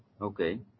Okay